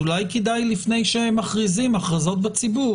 אולי כדאי לפני שמכריזים הכרזות בציבור